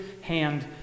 hand